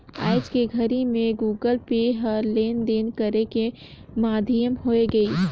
आयज के घरी मे गुगल पे ह लेन देन करे के माधियम होय गइसे